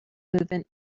movement